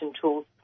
tools